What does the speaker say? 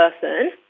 person